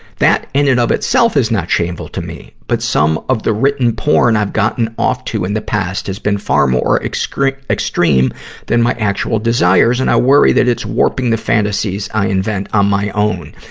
that, in and of itself, is not shameful to me. but some of the written porn i've gotten off to in the past has been far more or extreme extreme than my actual desires, and i worry that it's warping the fantasies i invent on my own.